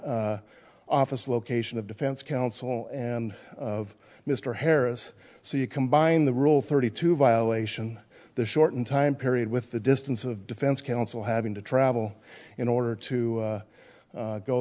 office location of defense counsel and of mr harris so you combine the rule thirty two violation the shortened time period with the distance of defense counsel having to travel in order to